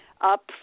up